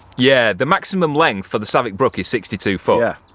yeah the maximum length for the savick brook is sixty two foot, yeah